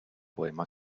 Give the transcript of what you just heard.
poema